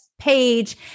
page